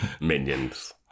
Minions